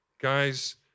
Guys